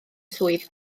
swydd